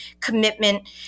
commitment